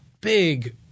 big